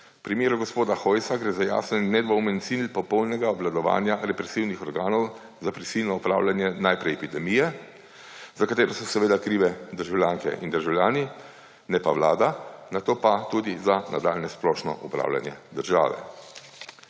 primeru gospoda Hojsa gre za jasen in nedvoumen cilj popolnega obvladovanja represivnih organov za prisilno upravljanje najprej epidemije, za katero so seveda krive državljanke in državljani ne pa vlada, na to pa tudi za nadaljnje splošno upravljanje države.